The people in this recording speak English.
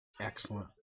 Excellent